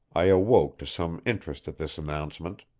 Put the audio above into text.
i awoke to some interest at this announcement.